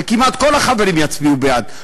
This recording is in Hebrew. וכמעט כל החברים יצביעו בעד.